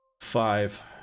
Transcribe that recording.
five